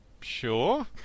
sure